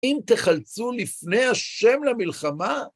אם תחלצו לפני השם למלחמה,